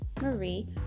Marie